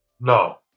no